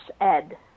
ed